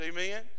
amen